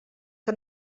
que